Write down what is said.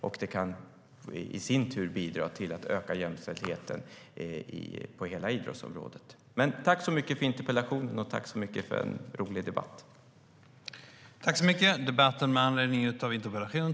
Detta kan i sin tur bidra till att öka jämställdheten på hela idrottsområdet. Överläggningen var härmed avslutad.